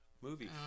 movie